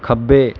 ਖੱਬੇ